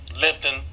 Lipton